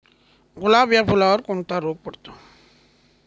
गुलाब या फुलावर कोणता रोग पडतो?